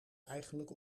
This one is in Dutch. eigenlijk